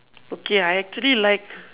okay I actually like